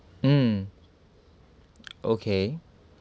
mm okay